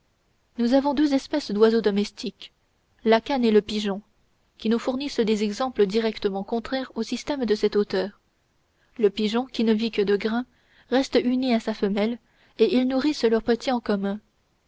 nous avons deux espèces d'oiseaux domestiques la cane et le pigeon qui nous fournissent des exemples directement contraires au système de cet auteur le pigeon qui ne vit que de grain reste uni à sa femelle et ils nourrissent leurs petits en commun